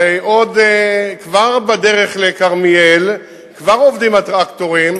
הרי בדרך לכרמיאל כבר עובדים הטרקטורים,